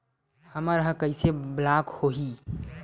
हमर ह कइसे ब्लॉक होही?